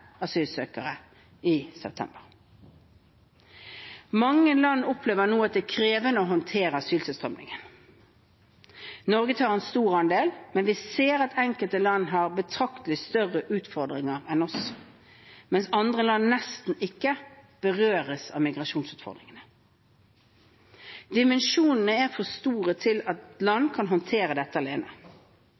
asylsøkere i september. Mange land opplever nå at det er krevende å håndtere asyltilstrømningen. Norge tar en stor andel, men vi ser at enkelte land har betraktelig større utfordringer enn oss, mens andre land nesten ikke berøres av migrasjonsutfordringene. Dimensjonene er for store til at land kan håndtere dette alene.